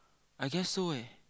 I guess so eh